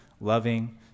loving